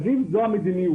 אז אם זו המדיניות,